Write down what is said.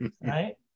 right